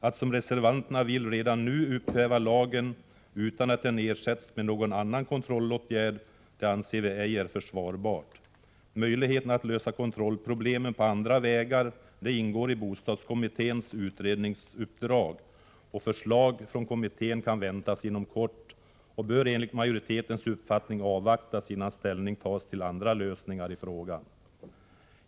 Att, som reservanterna vill, redan nu upphäva lagen, utan att ersätta den med någon annan kontrollåtgärd, är ej försvarbart. Möjligheten att lösa kontrollproblem på andra vägar ingår i bostadskommitténs utredningsuppdrag. Förslag från kommittén kan väntas inom kort och bör enligt majoritetens uppfattning avvaktas, innan ställning tas till andra lösningar av frågan.